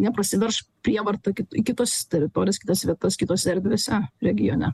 neprasiverš prievarta ki į kitas teritorijas kitas vietas kitose erdvėse regione